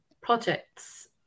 projects